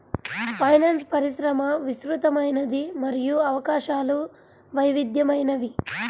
finance పరిశ్రమ విస్తృతమైనది మరియు అవకాశాలు వైవిధ్యమైనవి